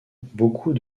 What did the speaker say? beaucoup